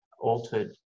altered